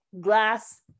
glass